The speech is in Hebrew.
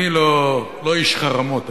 אני לא איש חרמות,